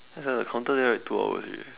just now the counter there write two hours already